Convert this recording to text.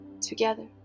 together